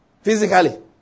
Physically